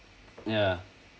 ya